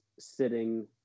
Sitting